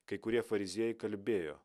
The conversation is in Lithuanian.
kai kurie fariziejai kalbėjo